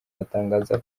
atangaza